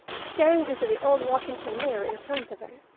staring into the old washington mirror in front of her.